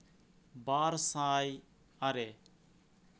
ᱵᱟᱨ ᱥᱟᱭ ᱟᱨᱮ